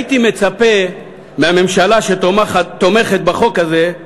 הייתי מצפה מהממשלה, שתומכת בחוק הזה,